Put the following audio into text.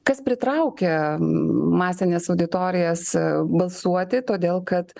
kas pritraukia masines auditorijas balsuoti todėl kad